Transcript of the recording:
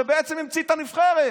שבעצם המציא את הנבחרת.